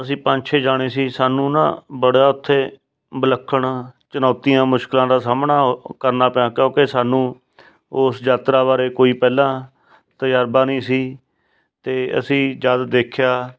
ਅਸੀਂ ਪੰਜ ਛੇ ਜਾਣੇ ਸੀ ਸਾਨੂੰ ਨਾ ਬੜਾ ਉੱਥੇ ਵਿਲੱਖਣ ਚੁਣੌਤੀਆਂ ਮੁਸ਼ਕਲਾਂ ਦਾ ਸਾਹਮਣਾ ਕਰਨਾ ਪਿਆ ਕਿਉਂਕਿ ਸਾਨੂੰ ਉਸ ਯਾਤਰਾ ਬਾਰੇ ਕੋਈ ਪਹਿਲਾਂ ਤਜਰਬਾ ਨੀ ਸੀ ਅਤੇ ਅਸੀਂ ਜਦ ਦੇਖਿਆ